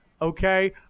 Okay